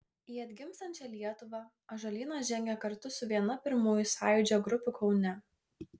į atgimstančią lietuvą ąžuolynas žengė kartu su viena pirmųjų sąjūdžio grupių kaune